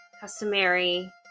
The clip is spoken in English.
customary